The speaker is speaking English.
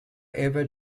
ever